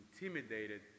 intimidated